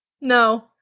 No